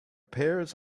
pears